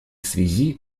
связи